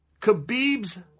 Khabib's